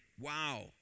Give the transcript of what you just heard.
Wow